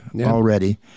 already